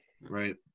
Right